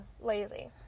lazy